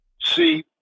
See